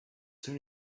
soon